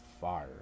fire